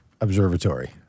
observatory